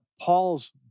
Paul's